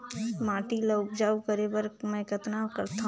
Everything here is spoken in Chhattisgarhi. माटी ल उपजाऊ करे बर मै कतना करथव?